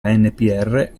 anpr